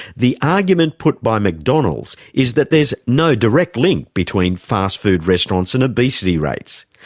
the argument put by mcdonald's is that there's no direct link between fast food restaurants and obesity rates.